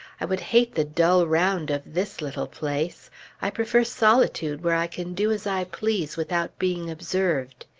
i would hate the dull round of this little place i prefer solitude where i can do as i please without being observed.